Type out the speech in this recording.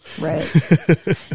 Right